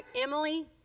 Emily